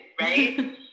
right